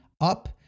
up